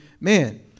Man